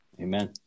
Amen